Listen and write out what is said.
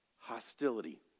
hostility